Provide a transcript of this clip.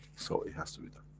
so it has to be done.